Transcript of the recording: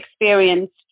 experienced